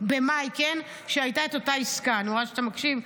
אני רואה שאתה מקשיב,